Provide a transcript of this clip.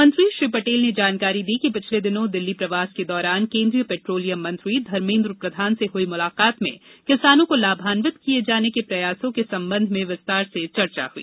मंत्री श्री पटेल ने जानकारी दी कि पिछले दिनों दिल्ली प्रवास के दौरान केंद्रीय पेट्रोलियम मंत्री धर्मेद्र प्रधान से हुई मुलाकात में किसानों को लाभान्वित किए जाने के प्रयासों के संबंध में विस्तार से चर्चा हुई